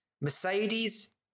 Mercedes